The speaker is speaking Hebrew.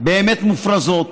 באמת מופרזות,